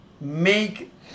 make